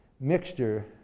mixture